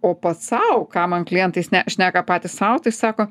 o pats sau ką man klientai sne šneką patys sau tai sako